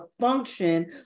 function